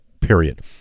period